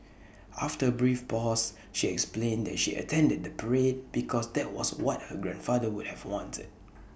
after A brief pause she explained that she attended the parade because that was what her grandfather would have wanted